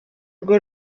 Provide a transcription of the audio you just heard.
urwo